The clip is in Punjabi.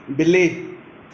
ਬਿੱਲੀ